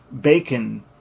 Bacon